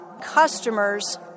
Customers